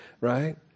Right